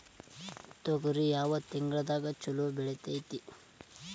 ತೊಗರಿ ಯಾವ ತಿಂಗಳದಾಗ ಛಲೋ ಬೆಳಿತೈತಿ?